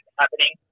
happening